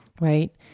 right